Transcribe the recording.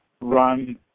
run